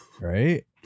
Right